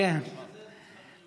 נתקזז איתך.